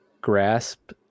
grasp